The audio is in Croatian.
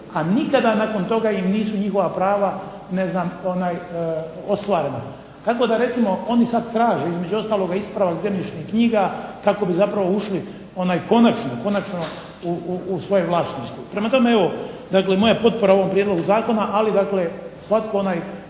a nikada nakon toga im nisu njihova prava ostvarena. Tako da recimo oni sada traže ispravak zemljišnih knjiga kako bi zapravo ušli konačno u svoje vlasništvo. Prema tome, evo moja potpora ovom Prijedlogu zakona ali dakle svatko onaj